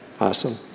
Awesome